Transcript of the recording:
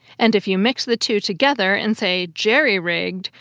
and if you mix the two together and say jerry-rigged,